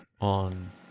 on